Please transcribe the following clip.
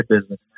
business